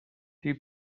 few